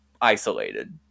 isolated